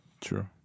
true